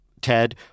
Ted